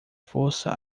força